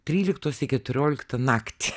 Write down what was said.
tryliktos į keturioliktą naktį